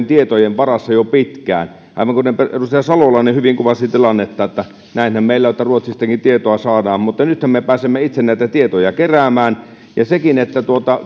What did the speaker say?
tietojen varassa jo pitkään aivan kuten edustaja salolainen hyvin kuvasi tilannetta että näinhän meillä on että ruotsistakin tietoa saadaan mutta nythän me me pääsemme itse näitä tietoja keräämään